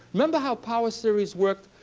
remember how power series worked?